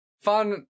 fun